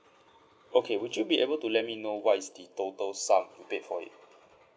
okay would you be able to let me know what is the total sum you paid for it